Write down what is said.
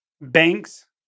Banks